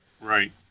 right